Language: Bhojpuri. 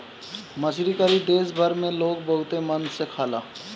मछरी करी देश भर में लोग बहुते मन से खाला